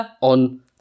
on